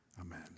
Amen